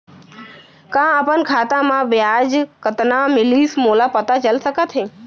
का अपन खाता म ब्याज कतना मिलिस मोला पता चल सकता है?